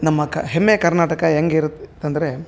ನಮ್ಮ ಕ ಹೆಮ್ಮೆಯ ಕರ್ನಾಟಕ ಹೆಂಗಿರತ್ತೆ ಅಂದರೆ